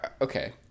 Okay